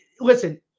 Listen